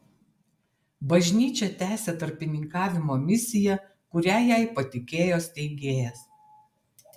bažnyčia tęsia tarpininkavimo misiją kurią jai patikėjo steigėjas